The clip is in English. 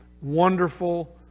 wonderful